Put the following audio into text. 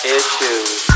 issues